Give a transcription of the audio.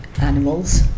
animals